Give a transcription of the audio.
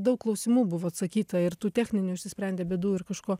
daug klausimų buvo atsakyta ir tų techninių išsisprendė bėdų ir kažko